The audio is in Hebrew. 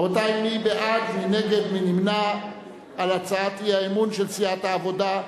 רבותי, מי בעד הצעת האי-אמון של סיעת העבודה?